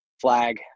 flag